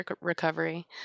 recovery